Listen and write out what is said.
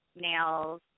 nails